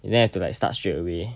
you don't have to like start straightaway